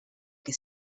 que